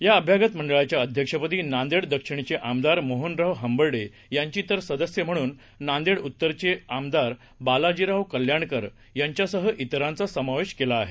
याअभ्यागतमंडळाच्याअध्यक्षपदीनांदेडदक्षिणचेआमदारमोहनरावहंबर्डेयांचीतरसदस्यम्हणूननांदेडउत्तरचेआमदारबाला जीरावकल्याणकर यांच्यासह तिरांचासमावेशकेलाआहे